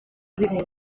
vídeo